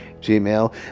gmail